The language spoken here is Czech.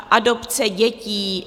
Adopce dětí?